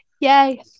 Yay